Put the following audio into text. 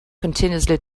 continuously